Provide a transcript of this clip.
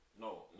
No